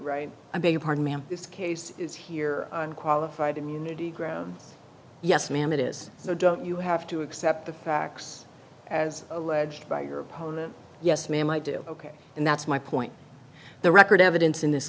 right i beg your pardon ma'am this case is here i'm qualified immunity grown yes ma'am it is so don't you have to accept the facts as alleged by your opponent yes ma'am i do ok and that's my point the record evidence in this